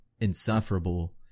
insufferable